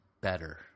better